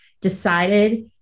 decided